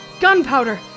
Gunpowder